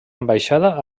ambaixada